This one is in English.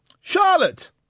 Charlotte